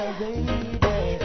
baby